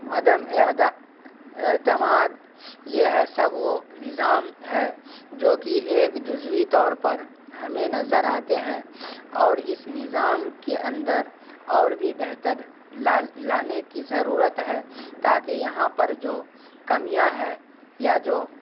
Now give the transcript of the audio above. عدم اعتماد یہ ہے سب وہ نظام ہے جوکہ ایک جزوی طور پر ہمیں نظر آتے ہیں اور اس نظام کے اندر اور بھی بہتر لانے کی ضرورت ہے تاکہ یہاں پر جو کمیاں ہے یا جو